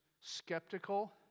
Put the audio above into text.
skeptical